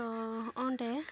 ᱛᱚ ᱚᱸᱰᱮ